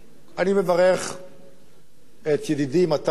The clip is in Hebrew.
אני מברך את ידידי מתן וילנאי,